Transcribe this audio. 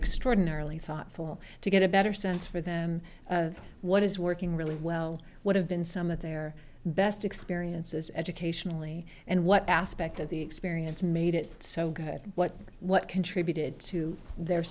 extraordinarily thoughtful to get a better sense for them of what is working really well what have been some of their best experiences educationally and what aspect of the experience made it so good what what contributed to their